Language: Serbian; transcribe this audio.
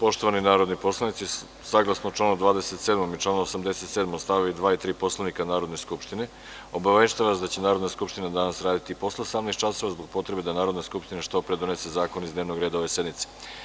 Poštovani narodni poslanici, saglasno članu 27.i članu 87. stav 2. i 3. Poslovnika Narodne skupštine, obaveštavam vas da će Narodna skupština danas raditi i posle 18 časova, zbog potrebe da Narodna skupština što pre donese zakone iz dnevnog reda ove sednice.